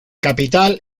capital